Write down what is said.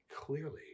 clearly